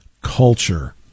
culture